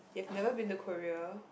you've never been to Korea